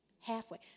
halfway